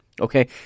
okay